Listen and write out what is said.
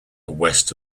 west